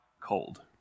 cold